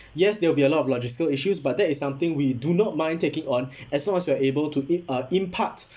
yes there will be a lot of logistical issues but that is something we do not mind taking on as long as you are able to i~ uh impart